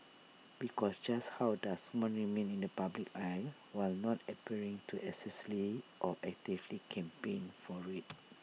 because just how does one remain in the public eye while not appearing to excessively or actively campaign for IT